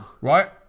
right